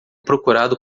procurado